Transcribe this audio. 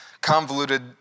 convoluted